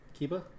Kiba